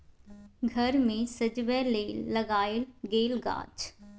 घर मे सजबै लेल लगाएल गेल गाछ